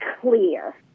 clear